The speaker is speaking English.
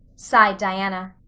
sighed diana.